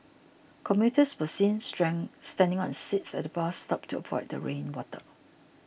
commuters were seen standing on seats at the bus stop to avoid the rain water